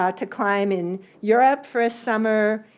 ah to climb in europe for a summer,